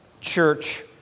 church